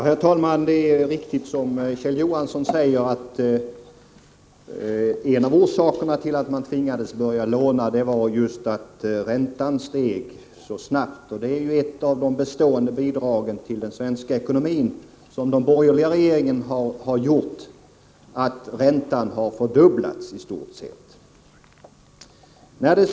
Herr talman! Det är riktigt som Kjell Johansson säger, att en av orsakerna till att man tvingades börja låna var just att räntan steg så snabbt. Det är ett av de bestående bidragen till den svenska ekonomin som de borgerliga regeringarna har lämnat. Räntan har i stort sett fördubblats.